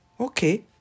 Okay